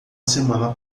semana